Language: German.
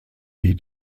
die